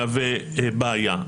מהווה בעיה.